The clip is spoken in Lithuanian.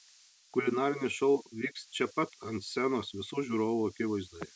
kulinarinis šou vyks čia pat ant scenos visų žiūrovų akivaizdoje